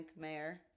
mayor